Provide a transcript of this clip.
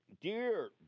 dear